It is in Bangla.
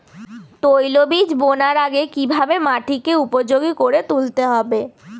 তৈলবীজ বোনার আগে কিভাবে মাটিকে উপযোগী করে তুলতে হবে?